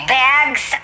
bags